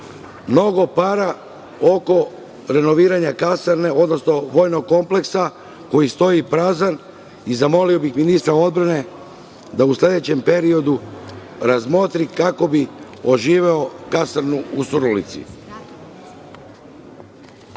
mnogo para oko renoviranja kasarne, odnosno oko vojnog kompleksa koji stoji prazan i zamolio bih ministra odbrane da u sledećem periodu razmotri kako bi oživeo kasarnu u Surdulici. Što